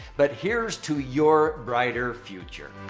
but here's to your brighter future.